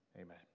Amen